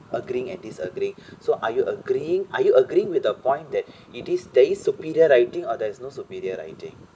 agreeing and disagreeing so are you agreeing are you agreeing with the point that it these days superior writing or there's no superior writing